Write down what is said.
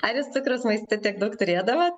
ar jūs cukraus maiste tiek daug turėdavot